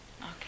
Okay